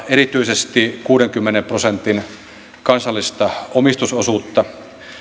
erityisesti kuudenkymmenen prosentin kansallista omistusosuutta